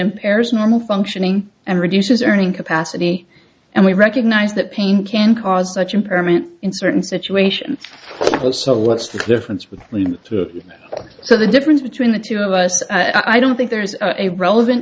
impairs normal functioning and reduces earning capacity and we recognize that pain can cause such impairment in certain situations so what's the difference between that so the difference between the two of us i don't think there is a relevant